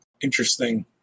interesting